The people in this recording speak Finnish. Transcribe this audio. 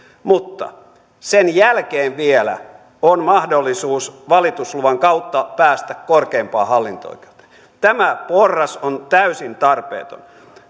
mutta sen jälkeen vielä on mahdollisuus valitusluvan kautta päästä korkeimpaan hallinto oikeuteen tämä porras on täysin tarpeeton